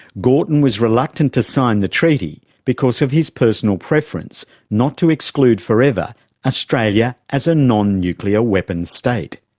gorton was reluctant to sign the treaty because of his personal preference not to exclude forever australia as a non nuclear weapons state.